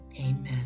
Amen